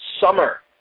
summer